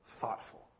thoughtful